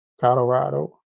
colorado